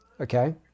okay